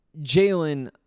Jalen